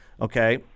Okay